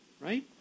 right